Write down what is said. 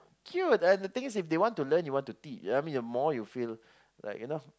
cute and the thing is if they want to learn you want to teach I mean the more you feel like you know